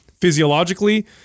physiologically